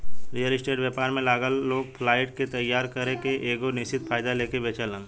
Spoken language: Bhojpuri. रियल स्टेट व्यापार में लागल लोग फ्लाइट के तइयार करके एगो निश्चित फायदा लेके बेचेलेन